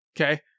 Okay